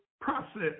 process